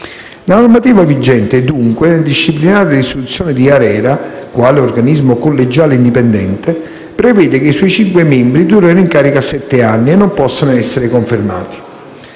La normativa vigente, dunque, nel disciplinare l'istituzione dell'ARERA, quale organismo collegiale indipendente, prevede che i suoi cinque membri durino in carica sette anni e non possano essere confermati.